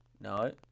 no